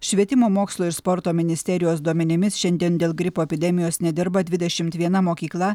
švietimo mokslo ir sporto ministerijos duomenimis šiandien dėl gripo epidemijos nedirba dvidešimt viena mokykla